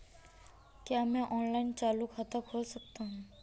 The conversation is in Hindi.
क्या मैं ऑनलाइन चालू खाता खोल सकता हूँ?